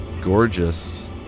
gorgeous